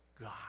god